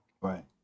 Right